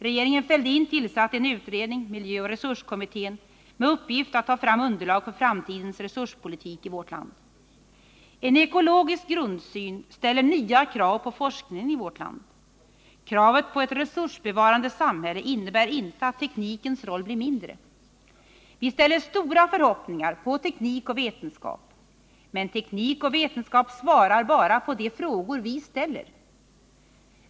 Regeringen Fälldin tillsatte en utredning, miljöoch resurskommittén, med uppgift att ta fram underlag för framtidens resurspolitik i vårt land. En ekologisk grundsyn ställer nya krav på forskningen i vårt land. Kravet på ett resursbevarande samhälle innebär inte att teknikens roll blir mindre. Vi ställer stora förhoppningar på teknik och vetenskap. Men teknik och vetenskap svarar bara på de frågor vi ställer.